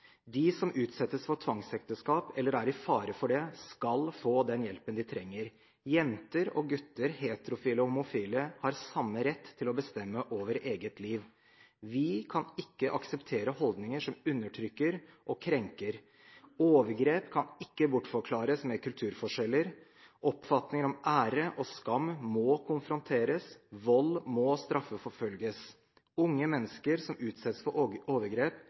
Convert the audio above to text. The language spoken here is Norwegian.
De som utsettes for tvangsekteskap eller er i fare for det, skal få den hjelpen de trenger. Jenter og gutter, heterofile og homofile, har samme rett til å bestemme over eget liv. Vi kan ikke akseptere holdninger som undertrykker og krenker. Overgrep kan ikke bortforklares med kulturforskjeller. Oppfatninger om ære og skam må konfronteres. Vold må straffeforfølges. Unge mennesker som utsettes for overgrep,